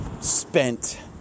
spent